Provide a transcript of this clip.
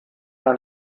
ein